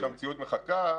לא אמרנו שהמציאות מחכה.